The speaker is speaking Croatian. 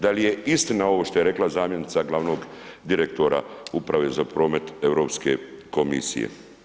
Da li je istina što je rekla zamjenica glavnog direktora Uprava z promet Europske komisije?